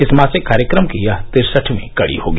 इस मासिक कार्यक्रम की यह तिरसठवीं कडी होगी